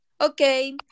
Okay